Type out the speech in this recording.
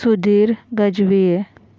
Sudhir Gajbhiye